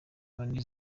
konti